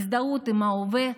הזדהות עם ההווה,